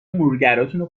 مرورگراتونو